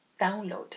download